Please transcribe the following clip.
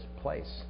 place